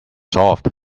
solved